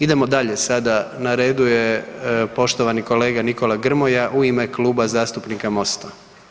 Idemo dalje sada, na redu je poštovani kolega Nikola Grmoja u ime Kluba zastupnika MOST-a.